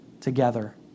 together